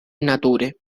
nature